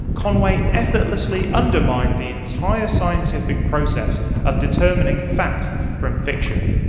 conway effortlessly undermined the entire scientific process of determining fact from fiction.